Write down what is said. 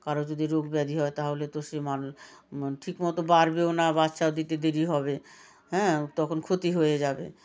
কারো যদি রোগ ব্যাধি হয় তাহলে তো সে মানে ঠিকমতো বাড়বেও না বাচ্চাও দিতে দেরি হবে হ্যাঁ তখন ক্ষতি হয়ে যাবে